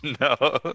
No